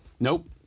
Nope